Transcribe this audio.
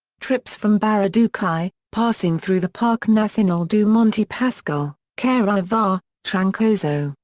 trips from barra do cai, passing through the parque nacional do monte pascoal, caraiva, trancoso,